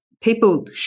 people